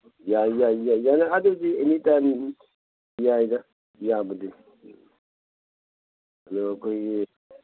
ꯌꯥꯏ ꯌꯥꯏ ꯌꯥꯅꯤ ꯑꯗꯨꯗꯤ ꯑꯦꯅꯤ ꯇꯥꯏꯝ ꯌꯥꯏꯗ ꯌꯥꯕꯗꯤ ꯑꯗꯨ ꯑꯩꯈꯣꯏꯒꯤ